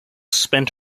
spent